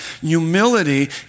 Humility